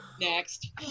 Next